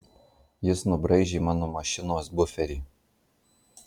jis nubraižė mano mašinos buferį